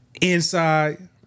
inside